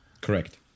Correct